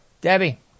Debbie